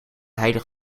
heilig